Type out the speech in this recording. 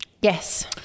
yes